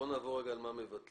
בואו נעבור ונראה מה מבטלים.